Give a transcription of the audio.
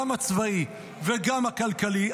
גם הצבאי וגם הכלכלי,